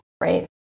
right